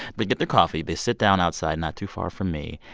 they get their coffee. they sit down outside not too far from me.